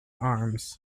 arms